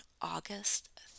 August